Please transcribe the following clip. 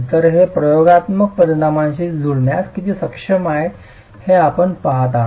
तर ते प्रयोगात्मक परिणामांशी जुळण्यास किती सक्षम आहेत हे आपण पहात आहात